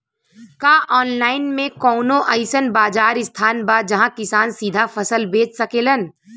का आनलाइन मे कौनो अइसन बाजार स्थान बा जहाँ किसान सीधा फसल बेच सकेलन?